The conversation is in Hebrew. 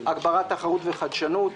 הגברת תחרות וחדשנות,